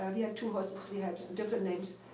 um yeah two horses, we had different names.